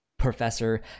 professor